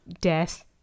death